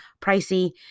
pricey